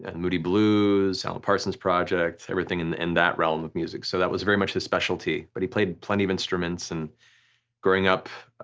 and moody blues, alan parsons project, everything in and that realm of music, so that was very much his specialty, but he played plenty of instruments, and growing up,